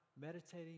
meditating